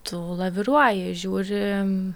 tu laviruoji žiūri